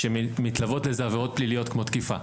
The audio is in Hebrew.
שמתלוות לזה עבירות פליליות כמו תקיפה.